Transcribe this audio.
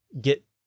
get